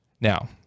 Now